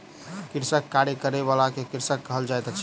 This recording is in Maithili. कृषिक कार्य करय बला के कृषक कहल जाइत अछि